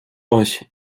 euch